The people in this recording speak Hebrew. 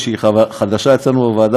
שהיא חדשה אצלנו בוועדה,